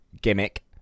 Gimmick